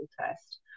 test